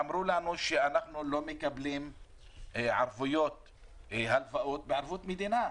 אמרו לנו שהם לא מקבלים הלוואות בערבות מדינה.